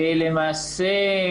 למעשה,